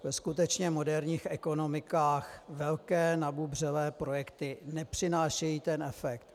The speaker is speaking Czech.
Ve skutečně moderních ekonomikách velké nabubřelé projekty nepřinášejí ten efekt.